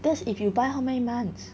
that's if you buy how many months